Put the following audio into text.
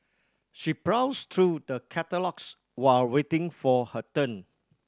she browsed through the catalogues while waiting for her turn